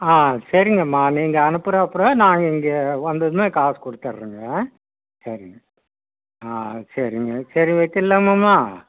ஆ சரிங்கம்மா நீங்கள் அனுப்புன அப்புறம் நாங்கள் இங்கே வந்ததும் காசு கொடுத்தட்றோங்க சரிங்க ஆ சரிங்க சரி வச்சிடலாமாம்மா